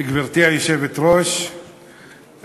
גברתי היושבת-ראש,